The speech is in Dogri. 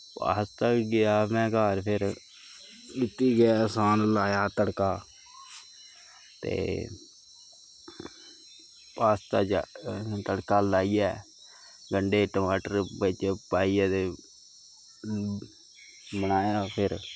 पास्ता गेआ घर में फिर कीती गैस आन लाया तड़का ते पास्ते च तड़का लाइयै गंढे टमाटर बिच्च पाइयै ते बनाया फिर